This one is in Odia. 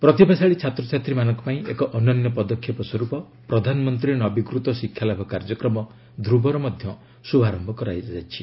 ପ୍ରତିଭାଶାଳୀ ଛାତ୍ରଛାତ୍ରୀମାନଙ୍କ ପାଇଁ ଏକ ଅନନ୍ୟ ପଦକ୍ଷେପ ସ୍ୱର୍ପ 'ପ୍ରଧାନମନ୍ତ୍ରୀ ନବୀକୃତ ଶିକ୍ଷାଲାଭ କାର୍ଯ୍ୟକ୍ରମ ଧ୍ରବ'ର ଶୁଭାରମ୍ଭ ହୋଇଛି